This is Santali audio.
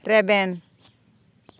ᱨᱮᱵᱮᱱ